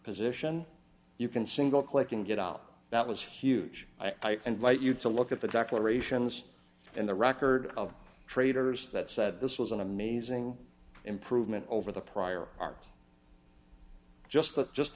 position you can single click and get out that was huge i invite you to look at the dock liberations and the record of traders that said this was an amazing improvement over the prior art just that just